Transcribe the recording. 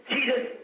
Jesus